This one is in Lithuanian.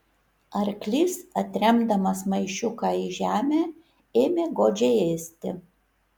arklys atremdamas maišiuką į žemę ėmė godžiai ėsti